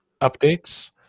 updates